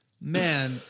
man